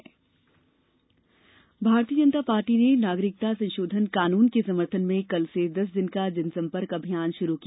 भाजपा जनसंपर्क भारतीय जनता पार्टी ने नागरिकता संशोधन कानून के समर्थन में कल से दस दिन का जनसम्पर्क अभियान शुरू किया